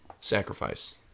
sacrifice